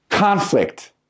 Conflict